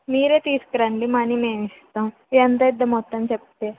మీరే తీసుకురండి మనీ మేము ఇస్తాము ఎంతవుతుందో మొత్తం చెప్తే